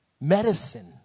Medicine